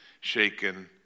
shaken